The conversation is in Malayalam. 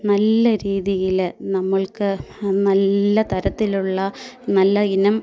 നല്ല രീതിയിൽ നമ്മൾക്ക് നല്ല തരത്തിലുള്ള നല്ല ഇനം